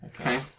Okay